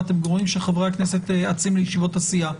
ואתם רואים שחברי הכנסת אצים לישיבות הסיעה.